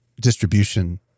distribution